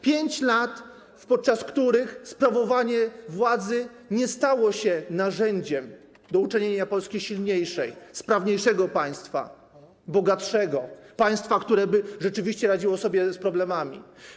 5 lat, podczas których sprawowana władza nie stała się narzędziem do uczynienia z Polski silniejszego, sprawniejszego bogatszego państwa, które rzeczywiście radziłoby sobie z problemami.